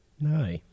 No